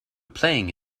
playing